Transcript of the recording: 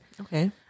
okay